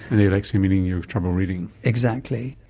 and alexia meaning you have trouble reading. exactly.